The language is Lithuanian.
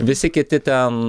visi kiti ten